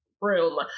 room